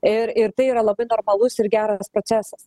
ir ir tai yra labai normalus ir geras procesas